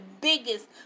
biggest